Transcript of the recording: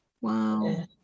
wow